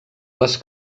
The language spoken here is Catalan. les